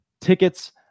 tickets